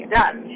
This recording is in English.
done